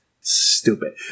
Stupid